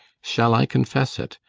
shall i confess it?